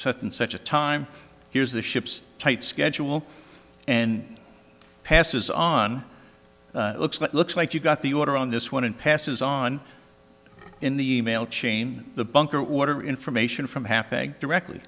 such and such a time here's the ship's tight schedule and passes on looks but looks like you got the order on this one and passes on in the email chain the bunker order information from happening directly